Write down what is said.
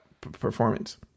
performance